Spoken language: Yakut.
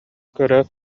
көрөөт